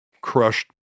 crushed